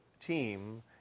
team